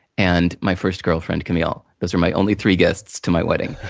and my first girlfriend, camille. those were my only three guests to my wedding.